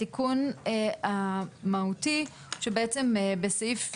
התיקון המהותי הוא שבעצם בסעיף,